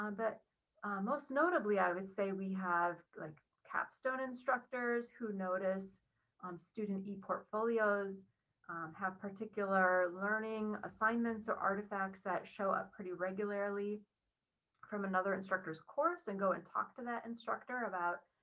um but most notably, i would say we have like capstone instructors who notice on student eportfolios, have particular learning assignments or artifacts that show up pretty regularly from another instructors course and go and talk to that instructor about,